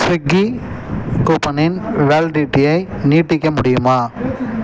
Swiggy கூப்பனின் வேலிடிட்டியை நீட்டிக்க முடியுமா